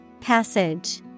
Passage